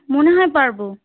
মনে হয় পারবো